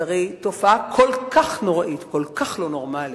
זו תופעה כל כך נוראית וכל כך לא נורמלית,